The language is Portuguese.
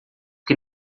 que